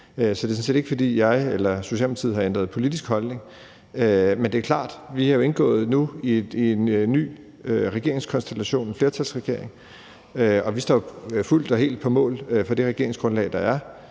Så det er sådan set ikke, fordi jeg eller Socialdemokratiet har ændret politisk holdning, men det er klart, at vi nu er indgået i en ny regeringskonstellation, en flertalsregering, og vi står fuldt og helt på mål for det regeringsgrundlag, der er.